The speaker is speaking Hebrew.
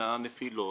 לנפילות